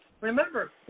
Remember